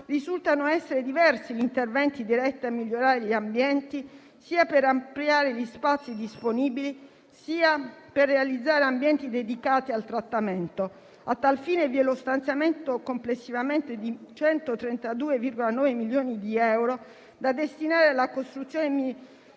risultano essere diversi gli interventi diretti a migliorare gli ambienti sia per ampliare gli spazi disponibili, sia per realizzare ambienti dedicati al trattamento. A tal fine vi è lo stanziamento complessivo di 132,9 milioni di euro, da destinare alla costruzione